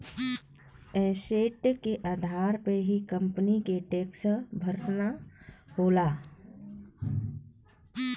asset के आधार पे ही कंपनी के टैक्स भरना होला